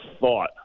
thought